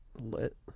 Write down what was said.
lit